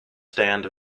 stand